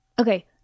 Okay